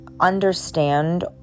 understand